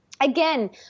again